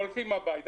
הולכים הביתה.